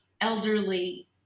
elderly